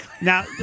Now